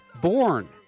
Born